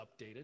updated